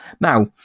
Now